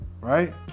Right